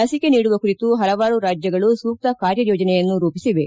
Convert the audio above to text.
ಲಸಿಕೆ ನೀಡುವ ಕುರಿತು ಹಲವಾರು ರಾಜ್ವಗಳು ಸೂಕ್ತ ಕಾರ್ಯ ಯೋಜನೆಯನ್ನು ರೂಪಿಸಿವೆ